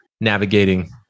navigating